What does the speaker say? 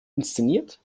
inszeniert